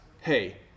hey